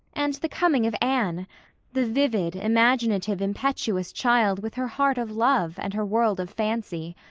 and the coming of anne the vivid, imaginative, impetuous child with her heart of love, and her world of fancy,